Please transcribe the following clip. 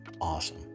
Awesome